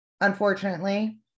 unfortunately